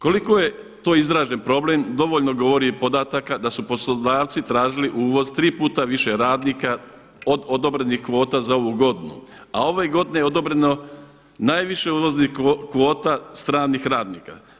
Koliko je to izražen problem dovoljno govori i podatak da su poslodavci tražili uvoz tri puta više radnika od odobrenih kvota za ovu godinu, a ove godine je odobreno najviše uvoznih kvota stranih radnika.